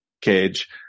cage